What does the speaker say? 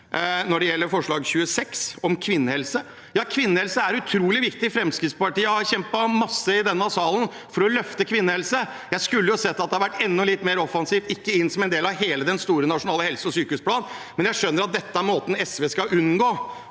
Når det gjelder forslag nr. 26, om kvinnehelse: Ja, kvinnehelse er utrolig viktig. Fremskrittspartiet har kjempet mye i denne salen for å løfte kvinnehelse. Jeg skulle gjerne sett at det hadde vært enda litt mer offen sivt, og at det ikke kom inn som en del av hele den store nasjonale helse- og sykehusplanen, men jeg skjønner at dette er sånn SV skal unngå